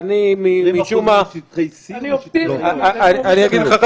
אני אופטימי --- אגיד לך,